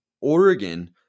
Oregon